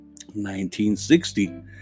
1960